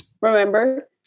remember